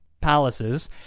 palaces